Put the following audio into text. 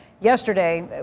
Yesterday